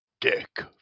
Dick